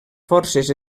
forces